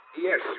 Yes